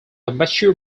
mature